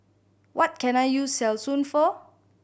what can I use Selsun for